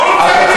לא היה,